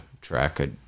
track